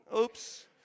oops